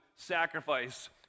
Sacrifice